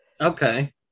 Okay